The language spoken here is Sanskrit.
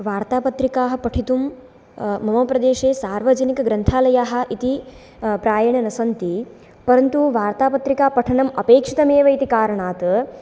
वार्तापत्रिकाः पठितुं मम प्रदेशे सार्वजनिकग्रन्थालयाः इति प्रायेण न सन्ति परन्तु वार्तापत्रिकापठनम् अपेक्षितमेव इति कारणात्